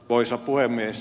arvoisa puhemies